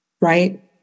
right